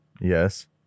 Yes